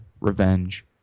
revenge